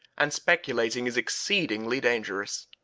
and speculating is exceedingly dangerous.